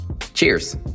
Cheers